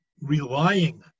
relying